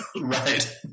Right